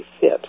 fit